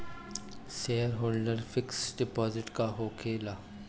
Shareholder fix deposit का होखे ला?